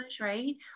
right